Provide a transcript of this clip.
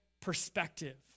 perspective